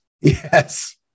yes